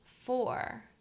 four